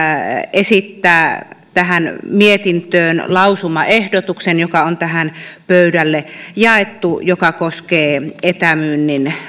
esittää tähän mietintöön lausumaehdotuksen joka on pöydille jaettu ja joka koskee etämyynnin